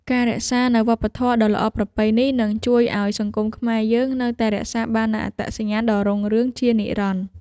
ការរក្សានូវវប្បធម៌ដ៏ល្អប្រពៃនេះនឹងជួយឱ្យសង្គមខ្មែរយើងនៅតែរក្សាបាននូវអត្តសញ្ញាណដ៏រុងរឿងជានិរន្តរ៍។